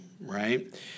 right